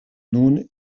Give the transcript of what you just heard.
nun